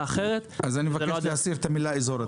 אחרת --- אז אני מבקש להסיר את המילה "אזור",